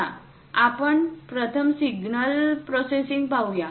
चला आपण प्रथम सिग्नल प्रोसेसिंग पाहूया